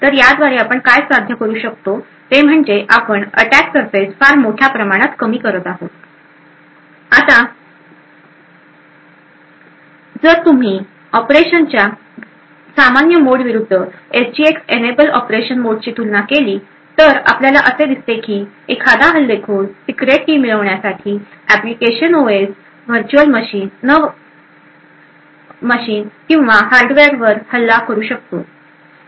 तर याद्वारे आपण काय साध्य करू शकतो ते म्हणजे आपण अटॅक सरफेस फार मोठ्या प्रमाणात कमी करीत आहोत आता जर तुम्ही ऑपरेशनच्या सामान्य मोड विरूद्ध एसजीएक्स इनएबल ऑपरेशन मोडची तुलना केली तर आपल्याला दिसतें की एखादा हल्लेखोर सिक्रेट की मिळवण्यासाठी एप्लिकेशन ओएस वर्च्युअल मशीन न किंवा हार्डवेअरवर हल्ला करु शकतोय